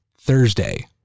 Thursday